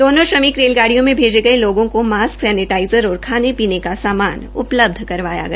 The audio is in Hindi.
दोनों श्रमिक रेलगाडिय़ों में भेजे गये लोगों को मास्क सैनेटाइफ़र और खाने पीने का सामान उपलब्ध करवाया गया